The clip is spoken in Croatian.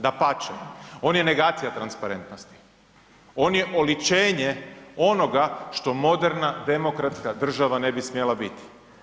Dapače, on je negacija transparentnosti, on je oličenje onoga što moderna, demokratska država ne bi smjela biti.